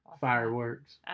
fireworks